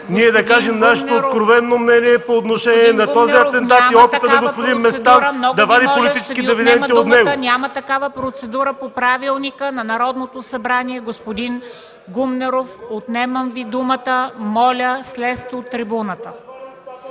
ние да кажем нашето откровено мнение по отношение на този атентат и опита на господин Местан да вади политически дивиденти от него.